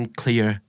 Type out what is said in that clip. clear